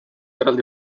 eraldi